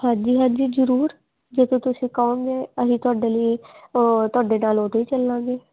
ਹਾਂਜੀ ਹਾਂਜੀ ਜ਼ਰੂਰ ਜਦੋਂ ਤੁਸੀਂ ਕਹੋਗੇ ਅਸੀਂ ਤੁਹਾਡੇ ਲਈ ਤੁਹਾਡੇ ਨਾਲ ਉਦੋਂ ਹੀ ਚਲਾਂਗੇ